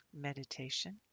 Meditation